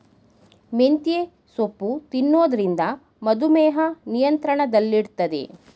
ಮೆಂತ್ಯೆ ಸೊಪ್ಪು ತಿನ್ನೊದ್ರಿಂದ ಮಧುಮೇಹ ನಿಯಂತ್ರಣದಲ್ಲಿಡ್ತದೆ